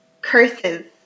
curses